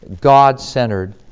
God-centered